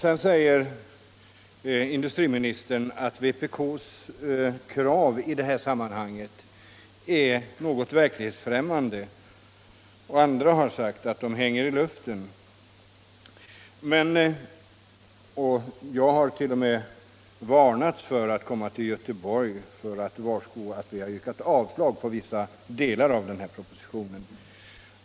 Sedan säger industriministern att vpk:s krav i det här sammanhanget är något verklighetsfrämmande, och andra har sagt att de hänger i luften. Jag har t.o.m. varnats för att komma till Göteborg och varsko om att vi har yrkat avslag på vissa delar av den här propositionen.